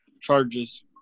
charges